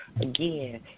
again